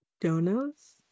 Donuts